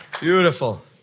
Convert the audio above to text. Beautiful